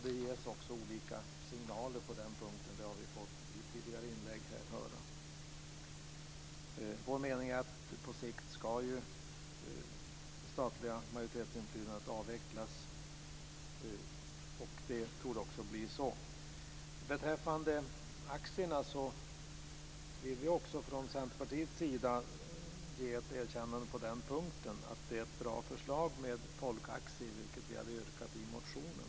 I det tidigare inlägget fick vi höra att det har kommit olika signaler på den punkten. Vår mening är att det statliga majoritetsinflytandet ska avvecklas på sikt. Det torde också bli så. Från Centerpartiets sida vill vi också ge ett erkännande vad gäller aktierna. Förslaget om folkaktier är bra. I vår motion hade vi yrkat på detta.